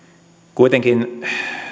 kuitenkin